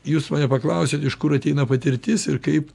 jūs mane paklausit iš kur ateina patirtis ir kaip